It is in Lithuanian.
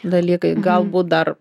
dalykai galbūt dar